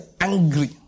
angry